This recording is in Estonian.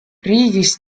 riigis